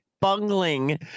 bungling